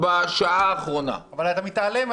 שהתרחשו בשעה האחרונה --- אבל אתה מתעלם,